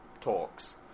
talks